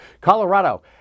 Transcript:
Colorado